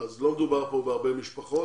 לא מדובר פה בהרבה משפחות.